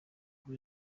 aho